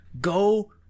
go